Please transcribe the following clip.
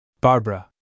Barbara